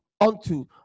unto